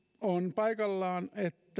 paikallaan